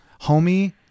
homie